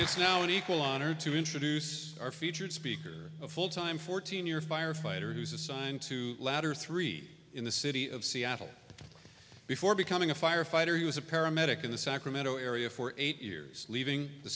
it's now an equal honor to introduce our featured speaker a full time fourteen year firefighter who's assigned to ladder three in the city of seattle before becoming a firefighter he was a paramedic in the sacramento area for eight years leaving the